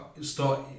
start